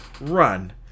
run